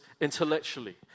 intellectually